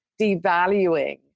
devaluing